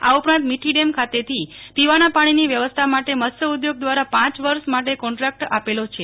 આ ઉપરાંત મીઠી ડેમ ખાતેથી પીવાના પાણીનો વ્યવસ્થા માટે મત્સ્ય ઉધોગ દવારા પ વર્ષ માટ કોન્ટ્રાકટર આપેલો છે